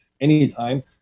anytime